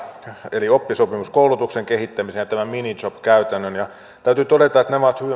eli oppisopimuskoulutuksen kehittämisen ja minijob käytännön ja täytyy todeta että nämä ovat